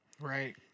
Right